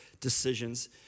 decisions